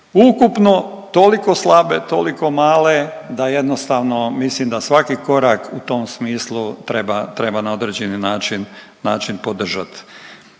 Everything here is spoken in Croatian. ukupno toliko slabe, toliko male da jednostavno mislim da svaki korak u tom smislu treba, treba na određeni način, način